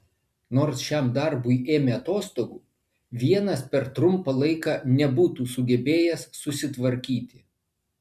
nors šiam darbui ėmė atostogų vienas per trumpą laiką nebūtų sugebėjęs susitvarkyti